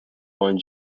one